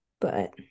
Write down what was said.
But-